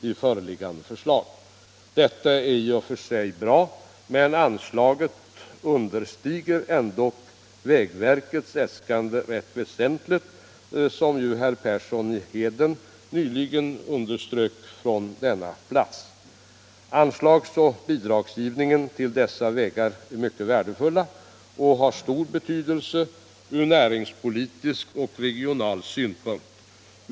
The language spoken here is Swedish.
Kompensationen är i och för sig bra, men anslaget understiger ändå vägverkets äskande rätt väsentligt, vilket herr Persson i Heden nyss underströk från denna talarstol. Anslagsoch bidragsgivningen till dessa vägar är mycket värdefull och har stor betydelse från näringspolitisk och regional synpunkt.